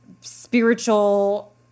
spiritual